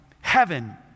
heaven